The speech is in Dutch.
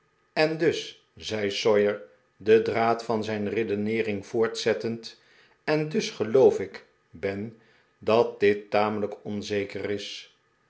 eri dus zei sawyer den draad van zijn redeneering voortzettend en dus geloof ik ben dat die tamelijk onzeker is